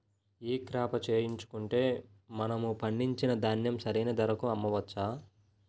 ఈ క్రాప చేయించుకుంటే మనము పండించిన ధాన్యం సరైన ధరకు అమ్మవచ్చా?